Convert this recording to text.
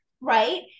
Right